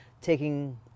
taking